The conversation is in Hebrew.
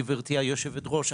גברתי היושבת-ראש,